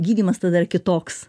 gydymas tada kitoks